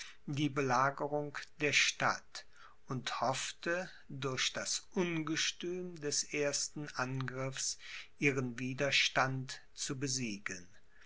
die belagerung der stadt und hoffte durch das ungestüm des ersten angriffs ihren widerstand zu besiegen